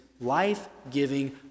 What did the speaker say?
life-giving